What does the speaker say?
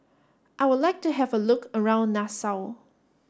I would like to have a look around Nassau